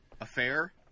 Affair